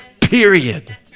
Period